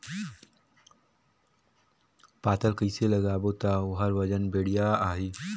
पातल कइसे लगाबो ता ओहार वजन बेडिया आही?